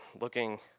looking